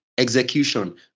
execution